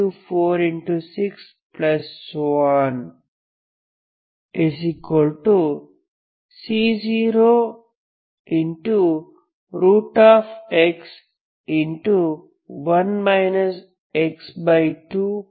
6x3 C0x 1 x2x22